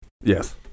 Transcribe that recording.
Yes